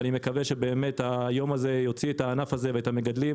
ואני מקווה שבאמת היום הזה יוציא את הענף הזה ואת המגדלים